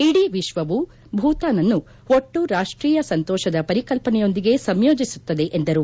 ಇಡೀ ವಿಶ್ವವು ಭೂತಾನ್ ಅನ್ನು ಒಟ್ಲು ರಾಷ್ಷೀಯ ಸಂತೋಷದ ಪರಿಕಲ್ಪನೆಯೊಂದಿಗೆ ಸಂಯೋಜಿಸುತ್ತದೆ ಎಂದರು